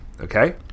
Okay